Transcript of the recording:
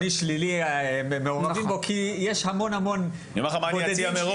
כי יש הרבה מאוד שיקפצו,